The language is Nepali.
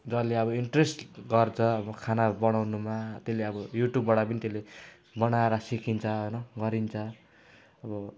जसले अब इन्ट्रेस्ट गर्छ खाना बनाउनुमा त्यसले अब युट्युबबाट पनि त्यसले बनाएर सिकिन्छ होइन गरिन्छ अब